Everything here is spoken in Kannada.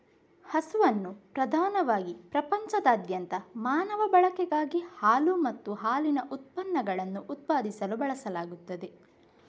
ಹಸುವನ್ನು ಪ್ರಧಾನವಾಗಿ ಪ್ರಪಂಚದಾದ್ಯಂತ ಮಾನವ ಬಳಕೆಗಾಗಿ ಹಾಲು ಮತ್ತು ಹಾಲಿನ ಉತ್ಪನ್ನಗಳನ್ನು ಉತ್ಪಾದಿಸಲು ಬಳಸಲಾಗುತ್ತದೆ